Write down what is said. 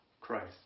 Christ